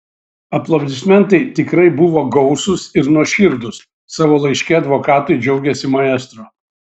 aplodismentai tikrai buvo gausūs ir nuoširdūs savo laiške advokatui džiaugėsi maestro